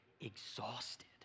exhausted